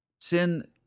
Sin